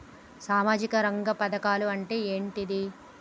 సామాజిక రంగ పథకం అంటే ఏంటిది?